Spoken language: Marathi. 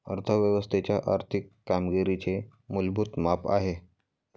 अर्थ व्यवस्थेच्या आर्थिक कामगिरीचे मूलभूत माप आहे